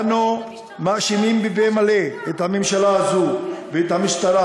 אנו מאשימים בפה מלא את הממשלה הזו ואת המשטרה,